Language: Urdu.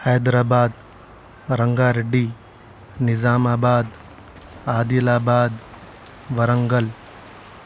حیدر آباد رنگا ریڈی نظام آباد عادل آباد وارنگل